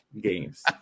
games